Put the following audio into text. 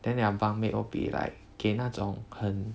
then their bunkmate will be like 给那种很